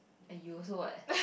ah you also what